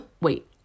wait